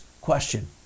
question